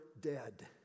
dead